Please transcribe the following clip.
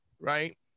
right